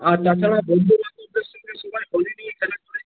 আর তাছাড়া বন্ধুরাতো বেশিরভাগ সময় হোলি নিয়ে খেলা করে